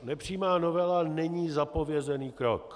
Nepřímá novela není zapovězený krok.